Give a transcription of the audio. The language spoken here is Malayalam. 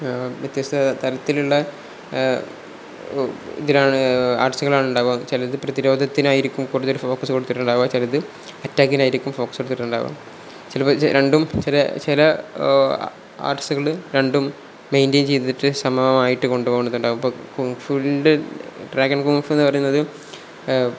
വ്യത്യസ്ത തരത്തിലുള്ള ഇതിലാണ് ആർട്സുകളാണ് ഉണ്ടാകുക ചിലത് പ്രതിരോധത്തിനായിരിക്കും കൂടുതൽ ഫോക്കസ് കൊടുത്തിട്ടുണ്ടാകുക ചിലത് അറ്റാക്കിനായിരിക്കും ഫോക്കസ് കൊടുത്തിട്ടുണ്ടാകുക ചിലപ്പോൾ രണ്ടും ചില ചില ആർട്സുകൾ രണ്ടും മെയിൻ്റെയിൻ ചെയ്തിട്ട് സമമായിട്ട് കൊണ്ടു പോകുന്നതുണ്ടാകും ഇപ്പം കുംഫുവിൻ്റെ ഡ്രാഗൻ കുംഫു എന്നു പറയുന്നത്